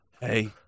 hey